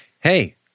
Hey